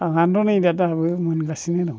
आंहानथ' नै दाबो मोनगासिनो दं